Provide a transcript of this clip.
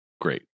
great